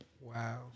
Wow